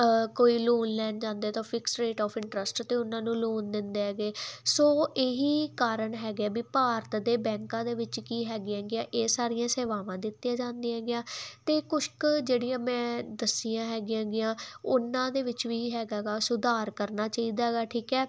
ਕੋਈ ਲੋਨ ਲੈਣ ਜਾਂਦਾ ਤਾਂ ਫਿਕਸ ਰੇਟ ਆਫ ਇੰਟਰਸਟ ਤੇ ਉਹਨਾਂ ਨੂੰ ਲੋਨ ਦਿੰਦੇ ਹੈਗੇ ਸੋ ਇਹੀ ਕਾਰਨ ਹੈਗੇ ਵੀ ਭਾਰਤ ਦੇ ਬੈਂਕਾਂ ਦੇ ਵਿੱਚ ਕੀ ਹੈਗੀ ਐਗੀਆ ਇਹ ਸਾਰੀਆਂ ਸੇਵਾਵਾਂ ਦਿੱਤੀਆਂ ਜਾਂਦੀਆਂ ਹੈਗੀਆਂ ਤੇ ਕੁਛ ਕ ਜਿਹੜੀਆ ਮੈਂ ਦੱਸੀਆਂ ਹੈਗੀਆਂ ਐਗੀਆਂ ਉਨਾਂ ਦੇ ਵਿੱਚ ਵੀ ਹੈਗਾ ਗਾ ਸੁਧਾਰ ਕਰਨਾ ਚਾਹੀਦਾ ਹੈਗਾ ਠੀਕ ਹੈ